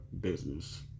business